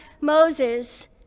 Moses